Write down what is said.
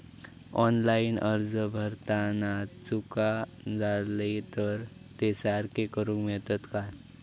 Online अर्ज भरताना चुका जाले तर ते सारके करुक मेळतत काय?